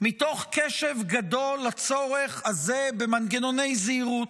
מתוך קשב גדול לצורך הזה במנגנוני זהירות.